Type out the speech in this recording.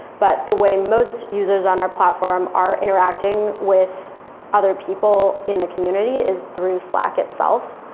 but the way most users on our platform are interacting with other people in the community is through slack itself.